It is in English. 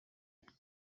valves